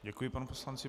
Děkuji panu poslanci.